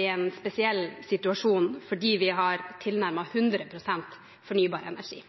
i en spesiell situasjon fordi vi har tilnærmet 100 pst. fornybar energi.